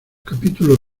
capítulo